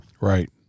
Right